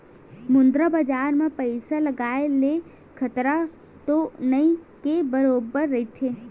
मुद्रा बजार म पइसा लगाय ले खतरा तो नइ के बरोबर रहिथे